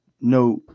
no